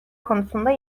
konusunda